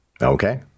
Okay